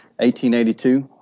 1882